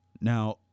Now